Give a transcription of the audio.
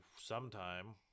sometime